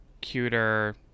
Cuter